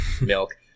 Milk